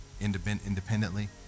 independently